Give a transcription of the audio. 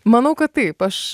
manau kad taip aš